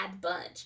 bunch